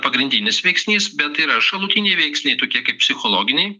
pagrindinis veiksnys bet tai yra šalutiniai veiksniai tokie kaip psichologiniai